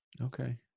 Okay